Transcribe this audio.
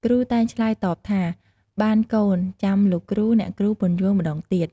គ្រូតែងឆ្លើយតបថា បានកូន ចាំលោកគ្រូ អ្នកគ្រូ ពន្យល់ម្ដងទៀត។